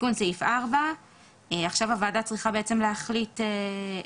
תיקון סעיף 4. עכשיו הוועדה בעצם צריכה להחליט האם